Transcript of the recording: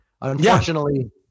Unfortunately